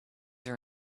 are